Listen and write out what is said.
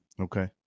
Okay